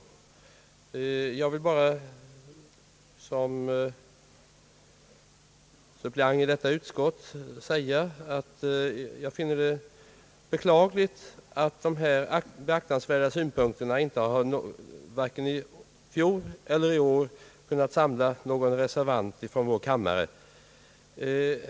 Jag vill bara som suppleant i utskottet säga att jag finner det beklagligt att de beaktansvärda synpunkter som här framförts varken i fjol eller i år kunnat samla någon reservant från vår kammare.